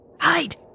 Hide